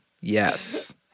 Yes